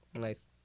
Nice